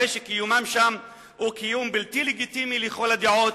הרי קיומם שם הוא קיום בלתי לגיטימי לכל הדעות,